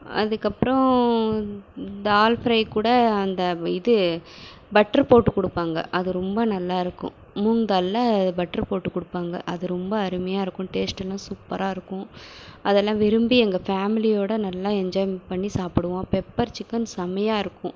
அதுக்கப்புறம் தால்ஃபிரை கூட அந்த இது பட்டரு போட்டு கொடுப்பாங்க அது ரெம்ப நல்லாருக்கும் மூன்தால்ல பட்டரு போட்டு கொடுப்பாங்க அது ரொம்ப அருமையாக இருக்கும் டேஸ்ட்டெல்லாம் சூப்பராக இருக்கும் அதெல்லாம் விரும்பி எங்கள் ஃபேமிலியோட நல்லா என்ஜாய் பண்ணி சாப்பிடுவோம் பெப்பர் சிக்கன் செமையாக இருக்கும்